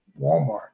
Walmart